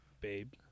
Babe